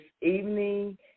evening